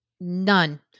None